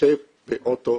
יושב באוטו.